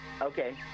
okay